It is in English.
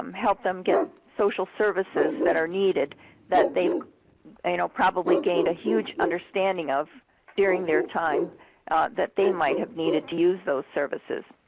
help them get social services that are needed that and you know probably gained a huge understanding of during their time that they might have needed to use those services.